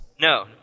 No